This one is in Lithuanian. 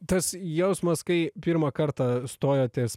tas jausmas kai pirmą kartą stojotės